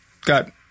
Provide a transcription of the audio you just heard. got